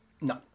no